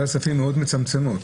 מצמצמות.